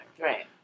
Right